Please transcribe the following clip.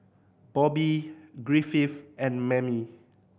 Bobbye Griffith and Mammie